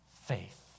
faith